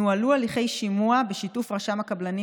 נוהלו הליכי שימוע בשיתוף רשם הקבלנים